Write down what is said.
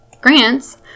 grants